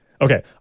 Okay